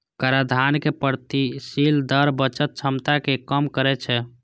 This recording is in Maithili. कराधानक प्रगतिशील दर बचत क्षमता कें कम करै छै